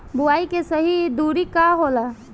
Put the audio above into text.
बुआई के सही दूरी का होला?